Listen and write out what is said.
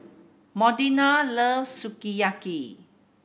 Bodena loves Sukiyaki